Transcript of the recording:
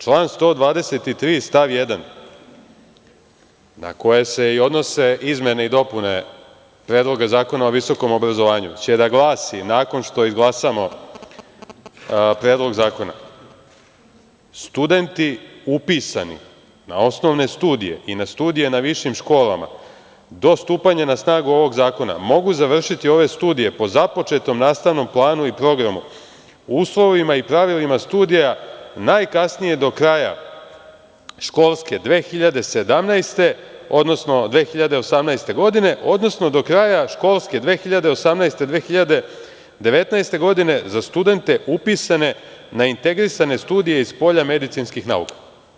Član 123. stav 1, na koje se i odnose izmene i dopune Predloga zakona o visokom obrazovanju, će da glasi, nakon što izglasamo predlog zakona, studenti upisani na osnovne studije i na studije na višim školama, do stupanja na snagu ovog zakona, mogu završiti ove studije po započetom nastavnom planu i programu, uslovima i pravilima studija najkasnije do kraja školske 2017, odnosno 2018. godine, odnosno do kraja školske 2018/2019. godine za studente upisane na integrisane studije iz polja medicinskih nauka.